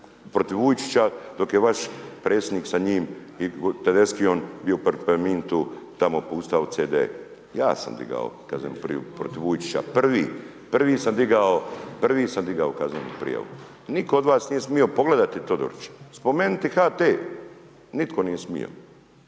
protiv Vujčića, dok je vaš predsjednik sa njim i …/Govornik se ne razumije./… tamo puštao CD, ja sam digao kaznenu prijavu protiv Vujčića, prvi, prvi sam digao kaznenu prijavu. Nitko od vas nije smio pogledati Todorića, spomenuti HT, nitko nije smio.